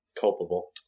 culpable